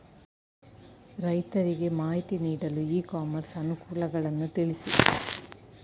ರೈತರಿಗೆ ಮಾಹಿತಿ ನೀಡಲು ಇ ಕಾಮರ್ಸ್ ಅನುಕೂಲಗಳನ್ನು ತಿಳಿಸಿ?